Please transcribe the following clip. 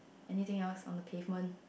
anything else on the pavement